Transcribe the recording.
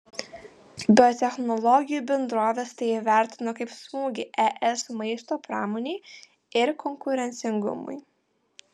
biotechnologijų bendrovės tai įvertino kaip smūgį es maisto pramonei ir konkurencingumui